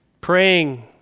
praying